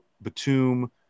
Batum